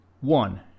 one